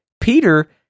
Peter